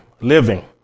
living